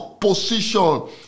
position